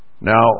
Now